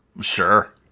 Sure